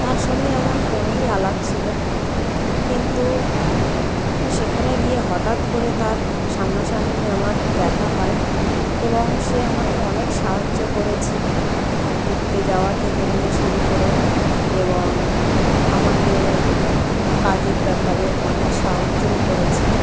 তার সঙ্গে আমার ফোনেই আলাপ ছিলো কিন্তু সেখানে গিয়ে হঠাৎ করে তার সামনা সামনি আমার দেখা হয় এবং সে আমাকে অনেক সাহায্য করেছে ঘুরতে যাওয়া থেকে নিয়ে শুরু করে এবং আমাকে কাজের ব্যাপারে অনেক সাহায্যও করেছে